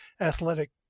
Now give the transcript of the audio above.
athletic